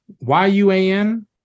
Y-U-A-N